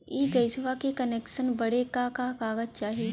इ गइसवा के कनेक्सन बड़े का का कागज चाही?